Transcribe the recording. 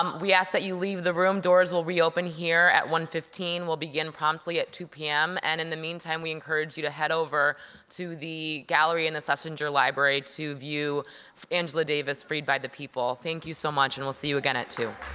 um we ask that you leave the room. doors will reopen here at one fifteen. we'll begin promptly at two zero pm. and in the meantime we encourage you to head over to the gallery in the schlesinger library to view angela davis freed by the people. thank you so much and we'll see you again at two